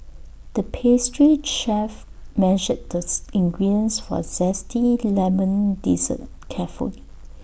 the pastry chef measured this ingredients for A Zesty Lemon Dessert carefully